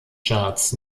charts